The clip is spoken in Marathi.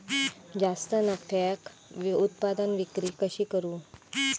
जास्त नफ्याक उत्पादन विक्री कशी करू?